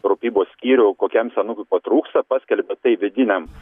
rūpybos skyrių kokiam senukui ko trūksta paskelbia tai vidiniam